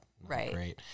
Right